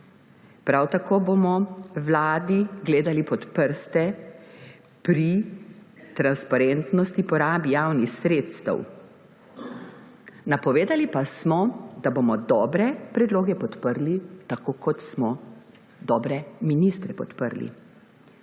Prav tako bomo vladi gledali pod prste pri transparentnosti porabe javnih sredstev. Napovedali pa smo, da bomo dobre predloge podprli, tako kot smo podprli dobre ministre. Skrbi